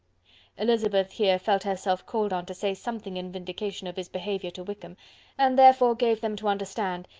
elizabeth here felt herself called on to say something in vindication of his behaviour to wickham and therefore gave them to understand,